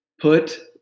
Put